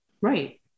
Right